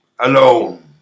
Alone